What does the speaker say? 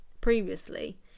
previously